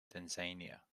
tanzania